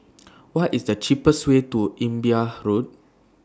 What IS The cheapest Way to Imbiah Road